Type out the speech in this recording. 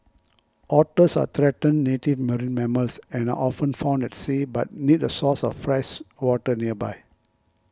otters are threatened native marine mammals and are often found at sea but need a source of fresh water nearby